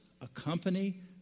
accompany